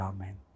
Amen